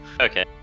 Okay